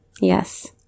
Yes